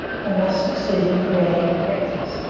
and thus succeed in creating a practice.